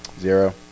Zero